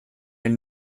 elle